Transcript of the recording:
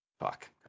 fuck